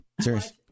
Serious